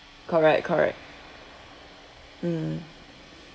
correct correct mm